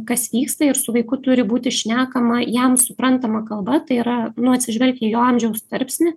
kas vyksta ir su vaiku turi būti šnekama jam suprantama kalba tai yra nu atsižvelgti į jo amžiaus tarpsnį